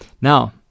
Now